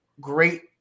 great